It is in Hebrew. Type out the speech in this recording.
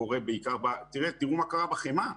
תראו מה קרה בחמאה.